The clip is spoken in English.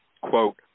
quote